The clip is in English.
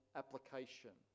application